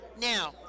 now